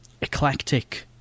eclectic